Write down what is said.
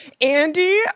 Andy